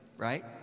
Right